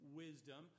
wisdom